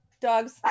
Dogs